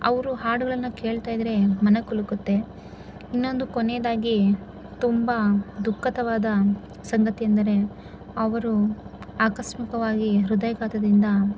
ಅವ್ರ ಹಾಡುಗಳನ್ನು ಕೇಳ್ತಾ ಇದ್ದರೆ ಮನಕಲುಕುತ್ತೆ ಇನ್ನೊಂದು ಕೊನೆಯದಾಗಿ ತುಂಬ ದುಃಖಿತವಾದ ಸಂಗತಿ ಎಂದರೆ ಅವರು ಆಕಸ್ಮಿಕವಾಗಿ ಹೃದಯಾಘಾತದಿಂದ